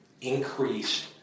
increased